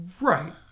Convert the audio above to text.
right